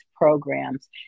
programs